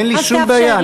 אין לי שום בעיה.